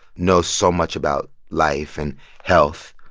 knows so much about life and health.